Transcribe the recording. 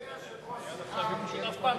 אדוני היושב-ראש, סליחה,